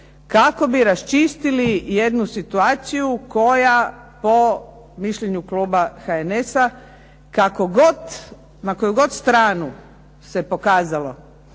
kako bi raščistili jednu situaciju koja po mišljenju kluba HNS-a na koju god stranu se pokazalo